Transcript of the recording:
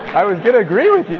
i was gonna agree with you!